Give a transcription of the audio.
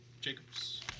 Jacobs